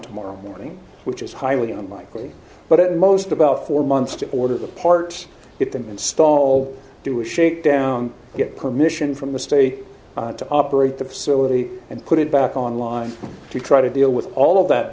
tomorrow morning which is highly unlikely but at most about four months to order the parts get them install do a shakedown get permission from the state to operate the facility and put it back on line to try to deal with all of that